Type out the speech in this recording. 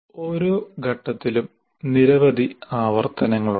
ഓരോ ഘട്ടത്തിലും നിരവധി ആവർത്തനങ്ങളുണ്ട്